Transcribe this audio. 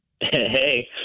Hey